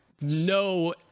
no